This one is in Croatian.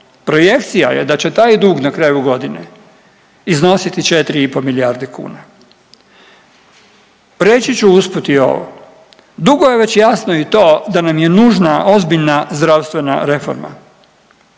Projekcija je da će taj dug na kraju godine iznositi 4,5 milijarde kuna. Reći ću usput i ovo, dugo je već jasno i to da nam je nužna ozbiljna zdravstvena reforma,